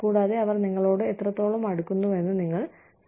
കൂടാതെ അവർ നിങ്ങളോട് എത്രത്തോളം അടുക്കുന്നുവെന്ന് നിങ്ങൾ കാണും